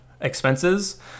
expenses